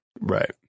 Right